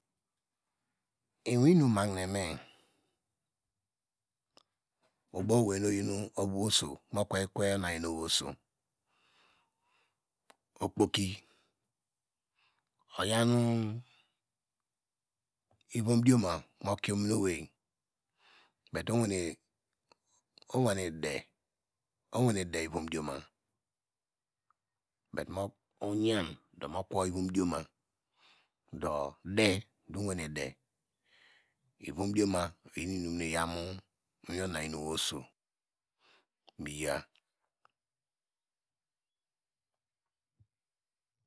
Iwin inum mahinem me bow owei nu oyin obuoso mokwe kwe unayenewei oso okpoki oyawinu ivom dioma mokie ominoweu but owene de ivom dioma but oyando mo kowo ivomdioma dome miwane de ivomdioma nu iyaw mo iwin onayenewei oso miyaw.